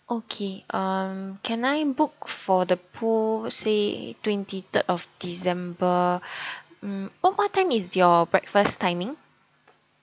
okay um can I book for the pool say twenty third of december um oh what time is your breakfast timing